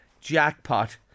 jackpot